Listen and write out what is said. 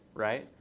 right?